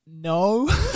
no